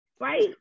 Right